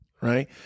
right